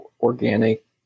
organic